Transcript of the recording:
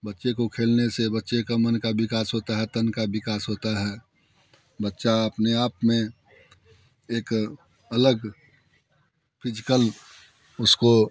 बच्चे को खेलने से बच्चे का मन का विकास होता है तन का विकास होता है बच्चा अपने आप में एक अलग फिजिकल उसको